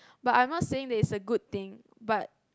but I'm not saying that it's a good thing but